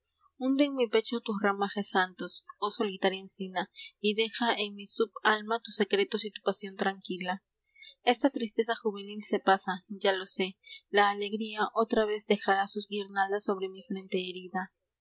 hunde en mi pecho tus ramajes santos oh solitaria encina y deja en mi sub alma us secretos y tu pasión tranquila esta tristeza juvenil se pasa a lo sé la alegría tra vez dejará sus guirnaldas bre mi frente herida